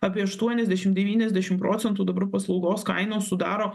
apie aštuoniasdešim devyniasdešim procentų dabar paslaugos kainos sudaro